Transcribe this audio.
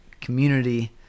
community